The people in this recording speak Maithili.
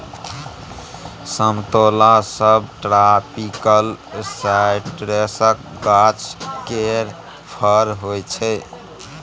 समतोला सबट्रापिकल साइट्रसक गाछ केर फर होइ छै